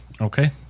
Okay